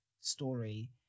story